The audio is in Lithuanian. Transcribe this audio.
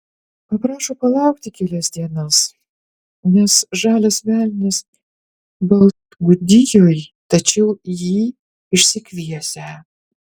paprašo palaukti kelias dienas nes žalias velnias baltgudijoj tačiau jį išsikviesią